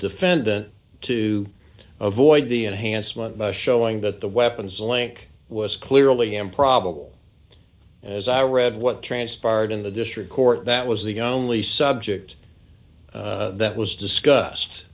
defendant to avoid the enhancement by showing that the weapons link was clearly improbable as i read what transpired in the district court that was the only subject that was discussed